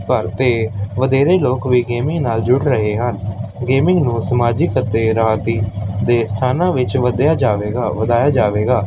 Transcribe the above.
ਪਰ ਅਤੇ ਵਧੇਰੇ ਲੋਕ ਵੀ ਗੇਮਿੰਗ ਨਾਲ ਜੁੜ ਰਹੇ ਹਨ ਗੇਮਿੰਗ ਨੂੰ ਸਮਾਜਿਕ ਅਤੇ ਰਾਤੀ ਦੇ ਸਥਾਨਾਂ ਵਿੱਚ ਵਧਿਆ ਜਾਵੇਗਾ ਵਧਾਇਆ ਜਾਵੇਗਾ